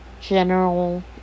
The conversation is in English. general